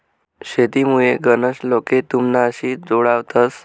शेतीमुये गनच लोके तुमनाशी जोडावतंस